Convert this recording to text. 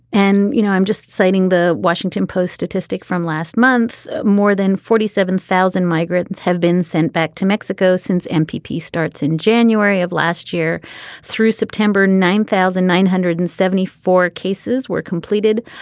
and, you know, i'm just citing the washington post statistic from last month. more than forty seven thousand migrants have been sent back to mexico since and mpp starts in january of last year through september, nine thousand nine hundred and seventy four cases were completed.